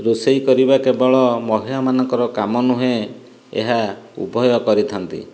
ରୋଷେଇ କରିବା କେବଳ ମହିଳା ମାନଙ୍କର କାମ ନୁହେଁ ଏହା ଉଭୟ କରିଥାନ୍ତି